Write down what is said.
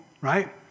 right